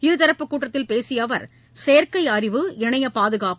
இருதரப்பு கூட்டத்தில் பேசிய அவர் செயற்கை அறிவு இணைய பாதுகாப்பு